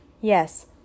Yes